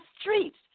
streets